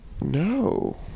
No